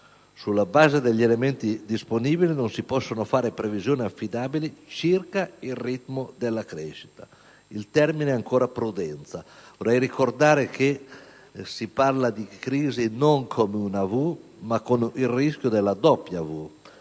Sulla basi degli elementi disponibili non si possono fare previsioni affidabili circa il ritmo della crescita. Il termine è ancora prudenza. Vorrei ricordare che si parla di una crisi non a forma di V, ma - vi è questo rischio - a forma di